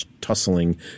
tussling